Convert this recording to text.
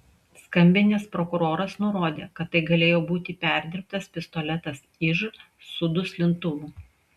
skambinęs prokuroras nurodė kad tai galėjo būti perdirbtas pistoletas iž su duslintuvu